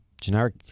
generic